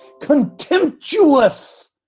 contemptuous